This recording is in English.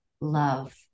love